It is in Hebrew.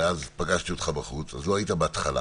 ואז פגשתי אותך בחוץ, אז לא היית בהתחלה,